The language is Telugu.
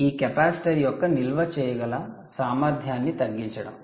ఈ కెపాసిటర్ యొక్క నిల్వ చేయగల సామర్థ్యాన్ని తగ్గించడం